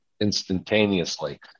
instantaneously